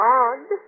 odd